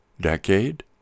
decade